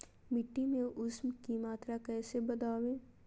मिट्टी में ऊमस की मात्रा कैसे बदाबे?